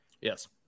Yes